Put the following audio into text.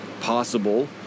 possible